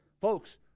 Folks